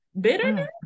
Bitterness